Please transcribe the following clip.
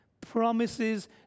promises